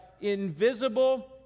invisible